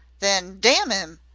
then damn im!